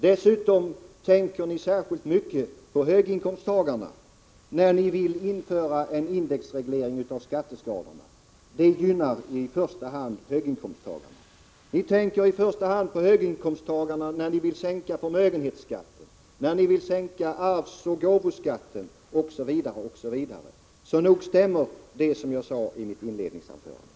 Dessutom tänker ni särskilt mycket på höginkomsttagarna när ni vill införa en indexreglering av skatteskalorna. Det gynnar i första hand höginkomsttagarna. Ni tänker mest på höginkomsttagarna när ni vill sänka förmögenhetsskatten, när ni vill sänka arvsoch gåvoskatten osv., osv. Så nog stämmer det jag sade i mitt inledningsanförande.